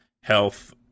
health